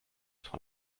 von